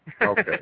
Okay